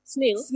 Snail